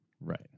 Right